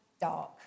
dark